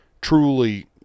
truly